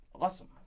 awesome